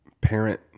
parent